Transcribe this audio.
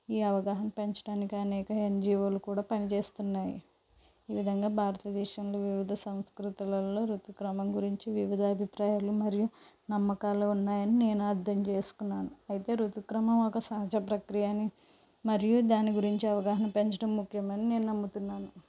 ఈ అవగాహన పెంచటానికి అనేక ఎన్జీఓలు కూడా పనిచేస్తున్నాయి ఈ విధంగా భారత దేశంలో వివిధ సంస్కృతులలో రుతుక్రమం గురించి వివిధ అభిప్రాయాలు మరియు నమ్మకాలు ఉన్నాయని నేను అర్థం చేసుకున్నాను అయితే రుతుక్రమం ఒక సహజ ప్రక్రియ అని మరియు దాని గురించి అవగాహన పెంచటం ముఖ్యమని నేను నమ్ముతున్నాను